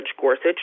Gorsuch